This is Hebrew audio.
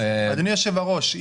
אדוני יושב הראש,